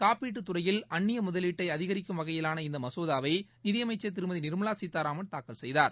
காப்பீட்டு துறையில் அந்நிய முதலீட்டை அதிகரிக்கும் வகையிவான இந்த மசோதாவை மத்திய நிதியமைச்சர் திருமதி நிர்மலா சீதாராமன் தாக்கல் செய்தார்